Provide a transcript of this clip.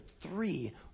three